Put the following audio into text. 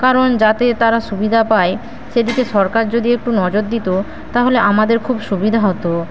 কারণ যাতে তারা সুবিধা পায় সেদিকে সরকার যদি একটু নজর দিতো তাহলে আমাদের খুব সুবিধা হত